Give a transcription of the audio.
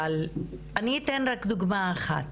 אבל אני אתן רק דוגמא אחת.